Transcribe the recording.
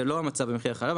זה לא המצב במחיר החלב,